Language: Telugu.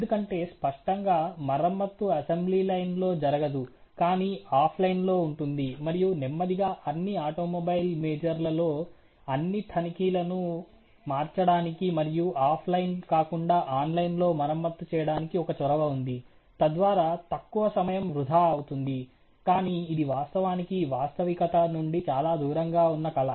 ఎందుకంటే స్పష్టంగా మరమ్మత్తు అసెంబ్లీ లైన్ లో జరగదు కానీ ఆఫ్లైన్ లో ఉంటుంది మరియు నెమ్మదిగా అన్ని ఆటోమొబైల్ మేజర్ లలో అన్ని తనిఖీలను మార్చడానికి మరియు ఆఫ్లైన్ కాకుండా ఆన్లైన్లో మరమ్మతు చేయడానికి ఒక చొరవ ఉంది తద్వారా తక్కువ సమయం వృథా అవుతుంది కానీ ఇది వాస్తవానికి వాస్తవికత నుండి చాలా దూరంగ ఉన్న కల